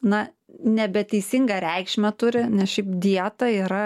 na nebe teisingą reikšmę turi nes šiaip dieta yra